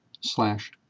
slash